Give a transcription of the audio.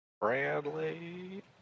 Bradley